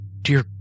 Dear